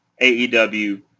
AEW